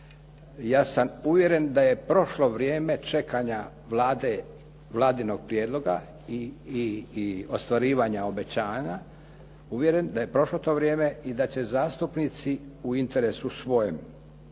ja sam uvjeren da je prošlo vrijeme čekanja Vladinog prijedloga i ostvarivanja obećanja, uvjeren da je prošlo to vrijeme i da će zastupnici, u interesu svojem,